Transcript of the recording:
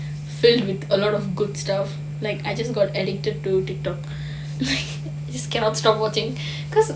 filled with a lot of good stuff like I just got addicted to TikTok just cannot stop watching because